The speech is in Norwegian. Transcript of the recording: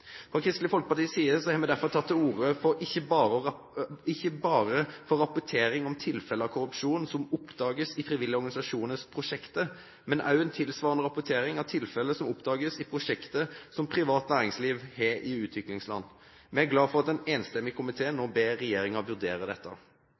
Fra Kristelig Folkepartis side har vi derfor tatt til orde ikke bare for rapportering om tilfeller av korrupsjon som oppdages i frivillige organisasjoners prosjekter, men også en tilsvarende rapportering av tilfeller som oppdages i prosjekter som privat næringsliv har i utviklingsland. Vi er glad for at en enstemmig komité nå